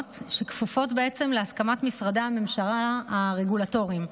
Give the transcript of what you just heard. ראשוניות שכפופות להסכמת משרדי הממשלה הרגולטוריים.